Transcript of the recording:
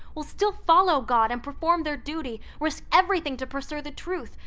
will still follow god and perform their duty, risk everything to pursue the truth,